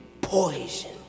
poison